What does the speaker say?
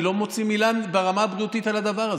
אני לא מוציא מילה ברמה הבריאותית על הדבר הזה.